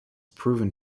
proven